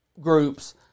groups